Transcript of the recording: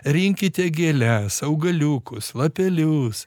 rinkite gėles augaliukus lapelius